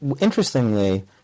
interestingly